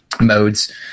modes